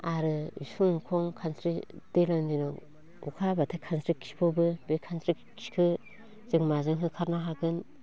आरो इसिं अखं खानस्रि दैज्लां दिनाव अखा हाब्लाथाय खानस्रि खिफबबो बे खानस्रि खिखो जों माजों होखारनो हागोन